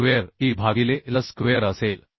square EI भागिले Al square असेल